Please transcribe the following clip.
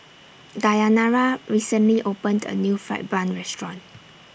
Dayanara recently opened A New Fried Bun Restaurant